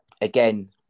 again